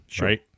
right